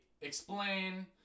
explain